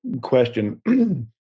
question